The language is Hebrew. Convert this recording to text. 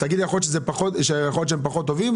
תגיד לי שיכול להיות שהם פחות טובים,